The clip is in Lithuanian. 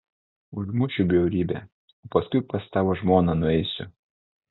užmušiu bjaurybę o paskui pas tavo žmoną nueisiu